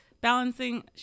balancing